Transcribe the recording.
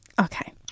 Okay